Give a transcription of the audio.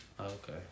Okay